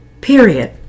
Period